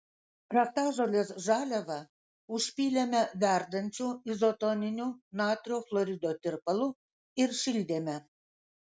raktažolės žaliavą užpylėme verdančiu izotoniniu natrio chlorido tirpalu ir šildėme